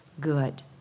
good